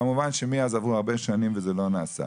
כמובן שמאז עברו הרבה שנים וזה לא נעשה.